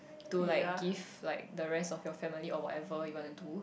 to like give like the rest of your family or whatever you want to do